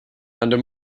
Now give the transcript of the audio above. under